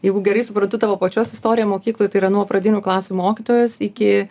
jeigu gerai suprantu tavo pačios istorija mokykloj tai yra nuo pradinių klasių mokytojos iki